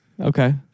Okay